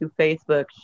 Facebook